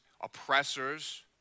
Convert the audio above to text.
oppressors